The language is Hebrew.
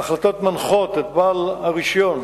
ההחלטות מנחות את בעל הרשיון,